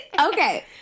Okay